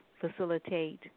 facilitate